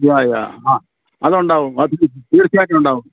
യാ yeah ആ അതുണ്ടാവും അത് തീർച്ചയായിട്ടും ഉണ്ടാവും